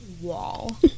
wall